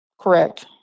Correct